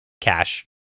cash